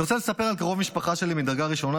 אני רוצה לספר על קרוב משפחה שלי מדרגה ראשונה,